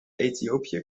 ethiopië